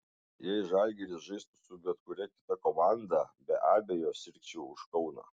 jei žalgiris žaistų su bet kuria kita komanda be abejo sirgčiau už kauną